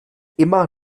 immer